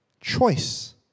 choice